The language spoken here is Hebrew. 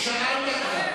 שאלת כבר.